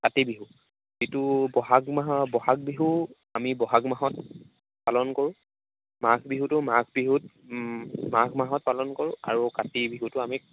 কাতি বিহু যিটো ব'হাগ বিহু আমি ব'হাগ মাহত পালন কৰোঁ মাঘ বিহুটো মাঘ বিহুত মাঘ মাহত পালন কৰোঁ আৰু কাতি বিহুটো আমি